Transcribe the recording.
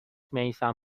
میثم